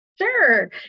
Sure